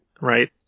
Right